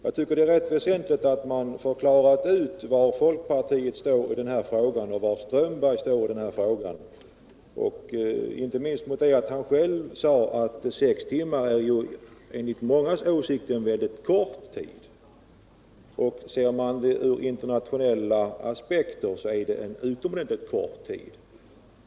Jag tycker att det är rätt väsentligt att klara ut var folkpartiet står i den här frågan och var herr Strömberg står i frågan, inte minst mot bakgrund av att han själv sade att sex timmar är enligt mångas åsikt en väldigt kort tid. Ser man det ur internationella aspekter är det en utomordentligt kort tid.